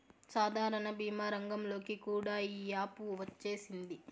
సాధారణ భీమా రంగంలోకి కూడా ఈ యాపు వచ్చేసింది